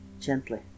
gently